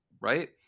right